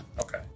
Okay